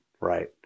right